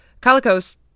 Calicos